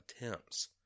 attempts